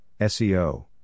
SEO